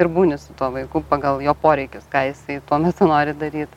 ir būni su tuo vaiku pagal jo poreikius ką jisai tuo metu nori daryt